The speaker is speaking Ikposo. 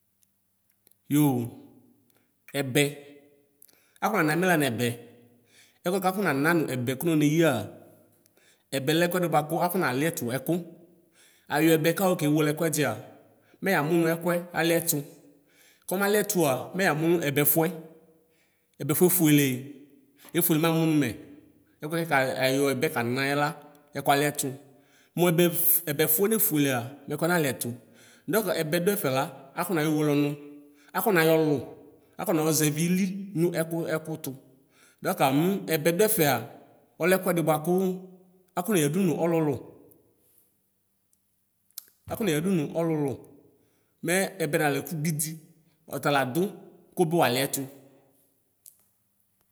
Yo ɛbɛ akɔnana mɛ lanʋ ɛbɛ kafɔ nana nʋ ɛbɛ kʋnɔ neyia ɛbɛ lɛ ɛkʋɛdi kʋ akɔna liɛtʋ ɛkʋ ayɔ ɛbɛ kayɔ kewele ɛkʋɛdia mɛ yamʋ nʋ ɛkʋɛ aliɛtʋ kɔmaliɛtʋa mɛ yamʋ nʋ ɛbɛfʋɛ ɛbɛfʋɛ efʋele efʋele mamʋ nʋ mɛ ɛkʋɛ kayɔ ɛbɛ kana yɛla ɛkʋɛ aliɛtʋ mʋ ɛbɛfʋ nefʋelea mɛkʋɛ naliɛtʋ dɔk ɛbɛ dʋɛfɛ la akɔ nayɔ wele ɔnʋ afɔnayɔ lʋ akɔnazɛvi ili nʋ ɛkʋ ɛkʋ tʋ dɔk mʋ ɛbɛ dʋɛfɛa ɔlɛ ɛkʋɛdi bʋakʋ akɔ neyadʋ nʋ ɔlʋlʋ akɔneya dʋ nʋ ɔlʋlʋ mɛ ɛbɛ nalɛ ɛkʋbidi ɔtala dʋ kʋwʋbi waliɛtʋ.